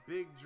Big